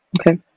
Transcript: Okay